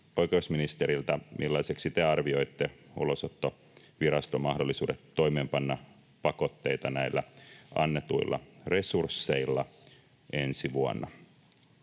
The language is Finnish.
oikeusministeriltä: millaiseksi te arvioitte Ulosottoviraston mahdollisuudet toimeenpanna pakotteita näillä annetuilla resursseilla ensi vuonna?